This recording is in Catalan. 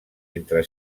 entre